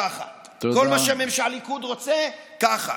ככה, כל מה שהליכוד רוצה, ככה.